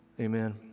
Amen